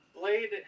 Blade